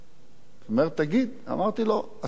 אמרתי לו: כשאתה צודק, אתה צודק.